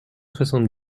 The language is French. soixante